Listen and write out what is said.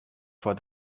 foar